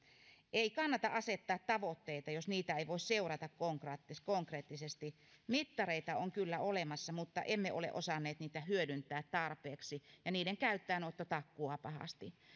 ei kannata asettaa tavoitteita jos niitä ei voi seurata konkreettisesti konkreettisesti mittareita on kyllä olemassa mutta emme ole osanneet niitä hyödyntää tarpeeksi ja niiden käyttöönotto takkuaa pahasti